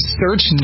search